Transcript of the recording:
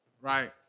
right